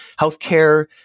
healthcare